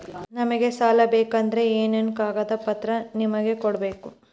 ನಮಗೆ ಸಾಲ ಬೇಕಂದ್ರೆ ಏನೇನು ಕಾಗದ ಪತ್ರ ನಿಮಗೆ ಕೊಡ್ಬೇಕು?